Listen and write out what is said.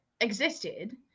existed